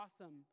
awesome